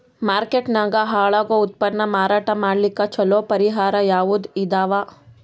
Market ನಾಗ ಹಾಳಾಗೋ ಉತ್ಪನ್ನ ಮಾರಾಟ ಮಾಡಲಿಕ್ಕ ಚಲೋ ಪರಿಹಾರ ಯಾವುದ್ ಇದಾವ?